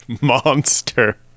monster